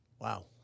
wow